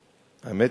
תודה,